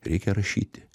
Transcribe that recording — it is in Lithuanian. reikia rašyti